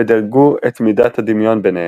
ודירגו את מידת הדמיון ביניהם.